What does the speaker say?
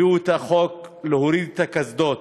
הביאו את החוק של הורדת הקסדות,